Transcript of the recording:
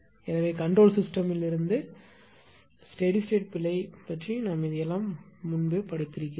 எனவே கன்ட்ரோல் சிஸ்டம்லிருந்து steady state பிழை பற்றி எல்லாம் படித்தீர்கள்